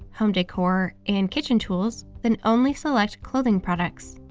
home decor, and kitchen tools, then only select clothing products.